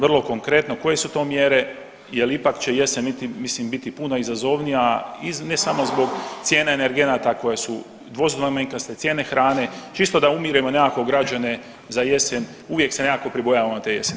Vrlo konkretno koje su to mjere jel ipak će jesen mislim biti puno izazovnija i ne samo zbog cijene energenata koje su dvoznamenkaste, cijene hrane čisto da umirimo nekako građane za jesen, uvijek se nekako pribojavamo te jeseni.